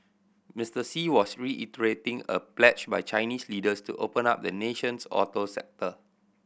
Mister Xi was reiterating a pledge by Chinese leaders to open up the nation's auto sector